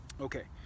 okay